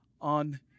on